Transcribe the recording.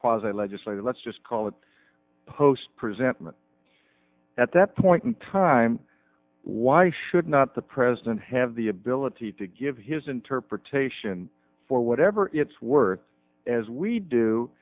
quasi legislative let's just call it post presentment at that point in time why should not the president have the ability to give his interpretation for whatever it's worth as we do